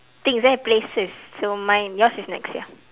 things eh places so mine yours is next ya